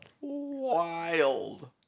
wild